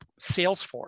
Salesforce